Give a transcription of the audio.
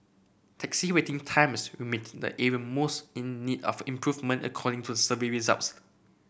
taxi waiting times remained the even most in need of improvement according to the survey results